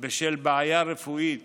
בשל בעיה רפואית